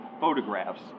photographs